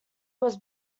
was